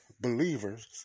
believers